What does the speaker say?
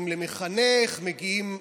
מגיעים למחנך,